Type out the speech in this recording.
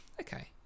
okay